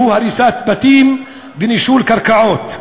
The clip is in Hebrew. שהוא הריסת בתים ונישול קרקעות,